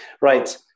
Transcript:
Right